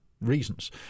reasons